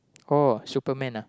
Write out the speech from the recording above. oh Superman ah